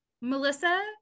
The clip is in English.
melissa